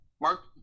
Mark